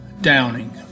Downing